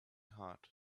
hot